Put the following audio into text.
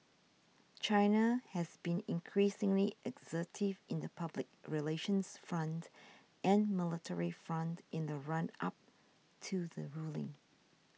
China has been increasingly assertive in the public relations front and military front in the run up to the ruling